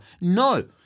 No